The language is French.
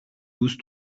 douze